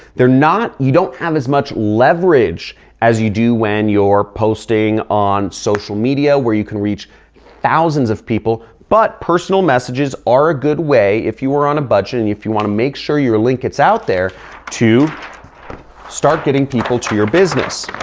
they're not. you don't have as much leverage as you do when you're posting on social media where you can reach thousands of people. but personal messages are a good way, if you were on a budget. and if you want to make sure your link it's out there to start getting people to your business.